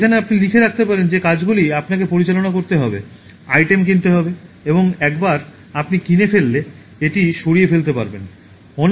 যেখানে আপনি লিখে রাখতে পারেন যে কাজগুলি আপনাকে পরিচালনা করতে হবে আইটেম কিনতে হবে এবং একবার আপনি কিনে ফেললে এটি সরিয়ে ফেলতে পারবেন